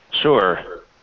Sure